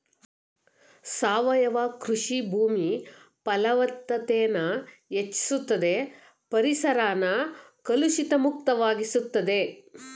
ಸಾವಯವ ಕೃಷಿ ಭೂಮಿ ಫಲವತ್ತತೆನ ಹೆಚ್ಚುಸ್ತದೆ ಪರಿಸರನ ಕಲುಷಿತ ಮುಕ್ತ ವಾಗಿಸ್ತದೆ